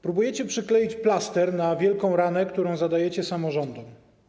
Próbujecie przykleić plaster na wielką ranę, którą zadajecie samorządom.